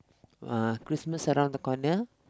!wah! Christmas around the corner